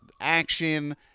action